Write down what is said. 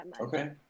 okay